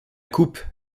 coupe